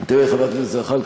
אז לא.